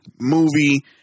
movie